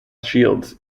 shields